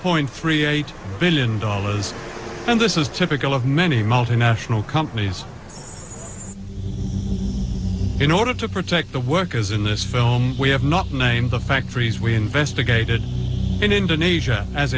point three eight billion dollars and this is typical of many multinational companies says in order to protect the workers in this film we have not named the factories we investigated in indonesia as